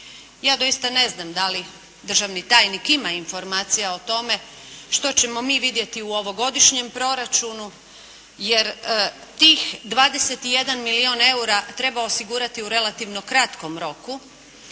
Ja doista ne znam da li državni tajnik ima informacija o tome, što ćemo mi vidjeti u ovogodišnjem proračuna, jer tih 21 milijun eura treba osigurati u relativno kratkom roku,